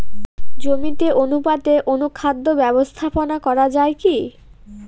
জমিতে অনুপাতে অনুখাদ্য ব্যবস্থাপনা করা য়ায় কি?